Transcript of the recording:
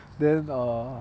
then err